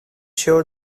sure